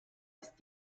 ist